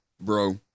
bro